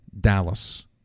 Dallas